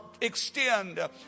extend